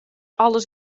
alles